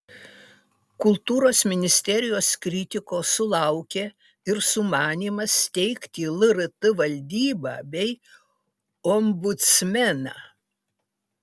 kultūros ministerijos kritikos sulaukė ir sumanymas steigti lrt valdybą bei ombudsmeną